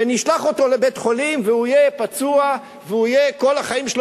ונשלח אותו לבית-חולים והוא יהיה פצוע והוא יהיה כל החיים שלו